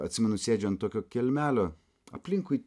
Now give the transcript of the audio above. atsimenu sėdžiu ant tokio kelmelio aplinkui